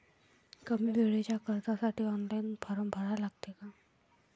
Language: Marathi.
कमी वेळेच्या कर्जासाठी ऑनलाईन फारम भरा लागते का?